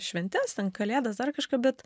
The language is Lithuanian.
šventes kalėdas dar kažką bet